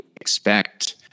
expect